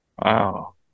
Wow